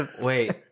Wait